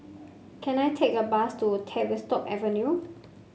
can I take a bus to Tavistock Avenue